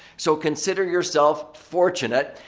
so, consider yourself fortunate.